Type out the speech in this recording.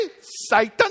Satan